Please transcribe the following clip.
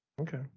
Okay